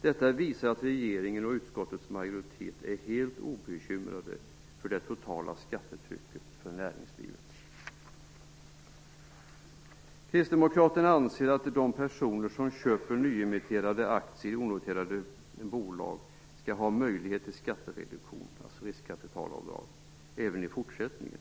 Detta visar att regeringen och utskottets majoritet är helt obekymrade om det totala skattetrycket för näringslivet. Kristdemokraterna anser att de personer som köper nyemitterade aktier i onoterade bolag skall ha möjlighet till skattereduktion, dvs. riskkapitalavdrag, även i fortsättningen.